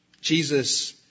jesus